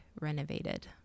Renovated